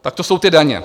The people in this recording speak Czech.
Tak to jsou daně.